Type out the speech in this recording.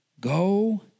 Go